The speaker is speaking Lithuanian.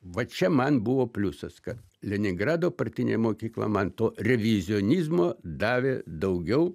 va čia man buvo pliusas kad leningrado partinė mokykla man to revizionizmo davė daugiau